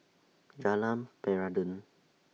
Jalan Peradun